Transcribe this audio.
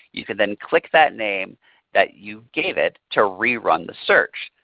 you can then click that name that you gave it to rerun the search.